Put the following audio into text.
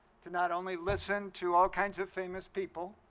to not only listen to all kinds of famous people,